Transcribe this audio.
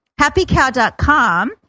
HappyCow.com